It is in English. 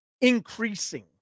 increasing